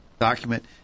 document